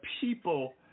people